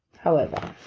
however,